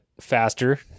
faster